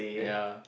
ya